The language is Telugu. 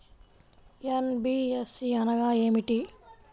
ఎన్.బీ.ఎఫ్.సి అనగా ఏమిటీ?